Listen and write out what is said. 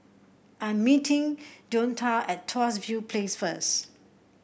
I'm meeting Deonta at Tuas View Place first